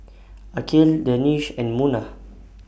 Aqil Danish and Munah